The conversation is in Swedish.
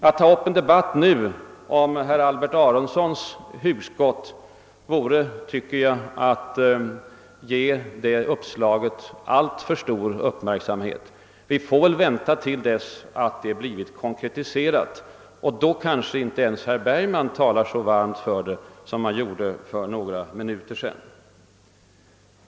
Att nu ta upp en debatt om herr Albert Aronsons hugskott vore enligt min mening att ge det uppslaget alltför stor uppmärksamhet. Vi får väl vänta till dess att det blivit konkretiserat. Då kanske inte ens herr Bergman talar så varmt för det som han gjorde för några minuter sedan.